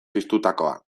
piztutakoa